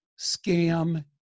scam